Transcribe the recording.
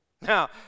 Now